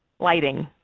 lighting,